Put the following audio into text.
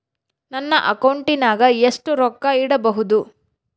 ನನ್ನ ಅಕೌಂಟಿನಾಗ ಎಷ್ಟು ರೊಕ್ಕ ಇಡಬಹುದು?